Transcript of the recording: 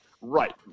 Right